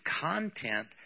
content